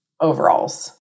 overalls